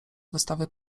wystawy